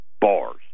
bars